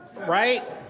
Right